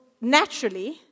naturally